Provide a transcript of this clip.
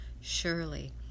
Surely